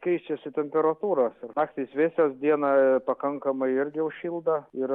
keičiasi temperatūros ir naktys vėsios dieną pakankamai irgi užšildo ir